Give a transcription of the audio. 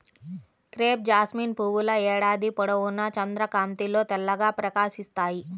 crepe jasmine పువ్వుల ఏడాది పొడవునా చంద్రకాంతిలో తెల్లగా ప్రకాశిస్తాయి